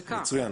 מצוין.